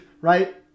right